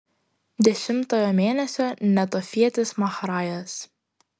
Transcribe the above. dešimtojo mėnesio netofietis mahrajas